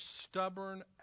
stubborn